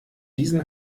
diesen